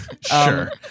Sure